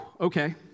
okay